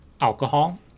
alcohol